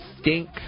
stink